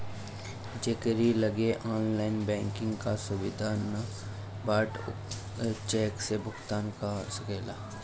जेकरी लगे online banking कअ सुविधा नाइ बाटे उ चेक से भुगतान कअ सकेला